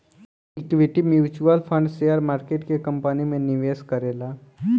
equity mutual fund share market के company में निवेश करेला